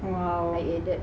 !wow!